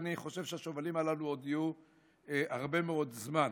אני חושב שהשובלים הללו יהיו עוד הרבה מאוד זמן.